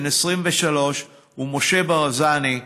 בן 23, ומשה ברזני,